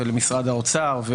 למשרד האוצר,